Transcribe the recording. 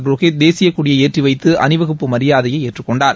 புரோஹித் தேசியக் கொடியை ஏற்றிவைத்து அணிவகுப்பு மரியாதையை ஏற்றுக்கொண்டார்